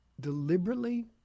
deliberately